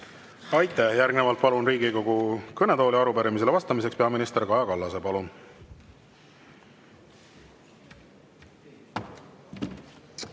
Aitäh! Järgnevalt palun Riigikogu kõnetooli arupärimisele vastama peaminister Kaja Kallase. Palun!